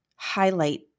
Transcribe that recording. highlight